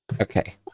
okay